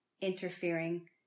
interfering